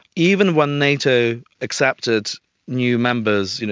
even when nato accepted new members, you know